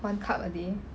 one cup a day